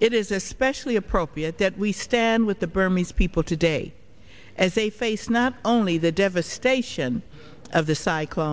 it is especially appropriate that we stand with the burmese people today as a face not only the devastation of the cycle